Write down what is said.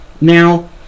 now